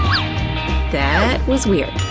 that was weird.